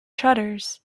shutters